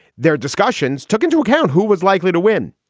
their discussions took into account who was likely to win.